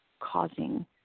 causing